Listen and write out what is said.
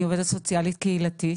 אני עובדת סוציאלית קהילתית